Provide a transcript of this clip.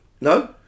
no